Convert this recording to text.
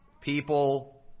people